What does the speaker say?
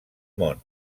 món